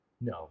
No